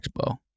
Expo